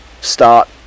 start